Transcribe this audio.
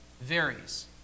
varies